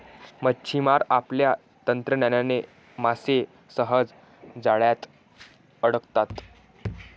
मच्छिमार आपल्या तंत्रज्ञानाने मासे सहज जाळ्यात अडकवतात